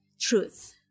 truth